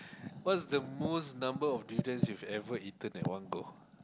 what's the most number of durians you've ever eaten at one go